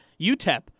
UTEP